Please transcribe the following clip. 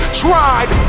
tried